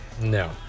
no